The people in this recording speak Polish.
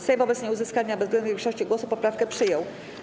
Sejm wobec nieuzyskania bezwzględnej większości głosów poprawkę przyjął.